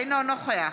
אינו נוכח